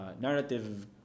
narrative